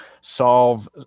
solve